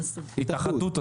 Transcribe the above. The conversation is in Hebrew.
התאחדות.